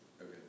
Okay